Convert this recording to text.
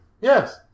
Yes